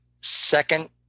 second